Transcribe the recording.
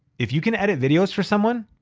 if you can edit videos for someone,